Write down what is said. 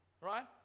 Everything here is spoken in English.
Right